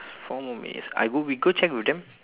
four more minutes I go we go check with them